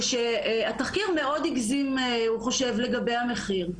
ושהוא חושב שהתחקיר מאוד הגזים לגבי המחיר.